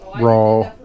raw